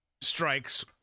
strikes